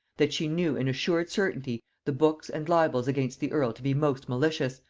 that she knew in assured certainty the books and libels against the earl to be most malicious,